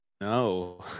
No